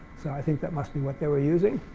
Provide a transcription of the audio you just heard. so i think that must be what they were using.